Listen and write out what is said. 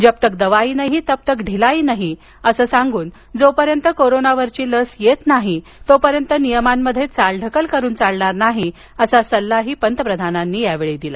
जब तक दवाई नाही तब तक ढिलाई नाही असं सांगून जोपर्यंत कोरोनावरची लस येत नाही तोपर्यंत नियमात चालढकल करून चालणार नाही असा सल्ला त्यांनी यावेळी दिला